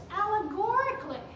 allegorically